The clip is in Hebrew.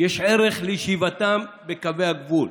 יש ערך לישיבתם בקווי הגבול.